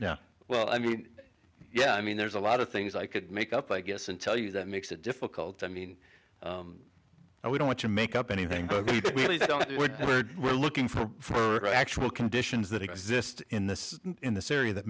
yeah well i mean yeah i mean there's a lot of things i could make up i guess and tell you that makes it difficult i mean and we don't want to make up anything but we're looking for the actual conditions that exist in this in this area that